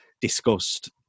discussed